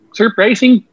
surprising